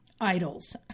idols